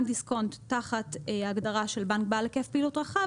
דיסקונט תחת הגדרה של בנק בעל היקף פעילות רחב